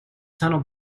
tunnel